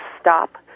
stop